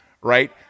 right